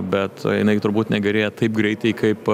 bet jinai turbūt negerėja taip greitai kaip